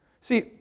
See